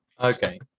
Okay